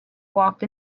walked